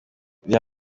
reba